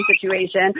situation